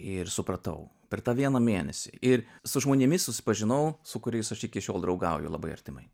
ir supratau per tą vieną mėnesį ir su žmonėmis susipažinau su kuriais aš iki šiol draugauju labai artimai